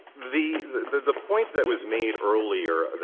the the point that was made earlier,